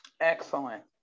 Excellent